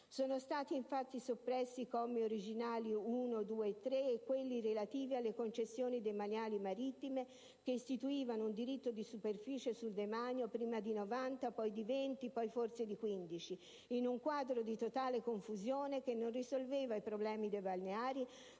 Sono stati infatti soppressi i commi originari 1, 2, 3 e quelli relativi alle concessioni demaniali marittime che istituivano un diritto di superficie sul demanio prima di 90 anni, poi di 20, poi forse di 15, in un quadro di totale confusione che non risolveva i problemi dei balneari,